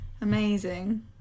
amazing